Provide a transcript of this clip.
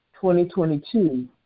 2022